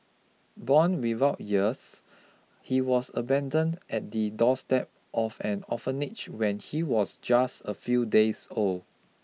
born without ears he was abandoned at the doorstep of an orphanage when he was just a few days old